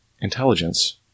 intelligence